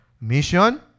mission